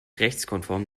rechtskonform